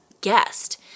guest